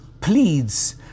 pleads